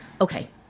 okay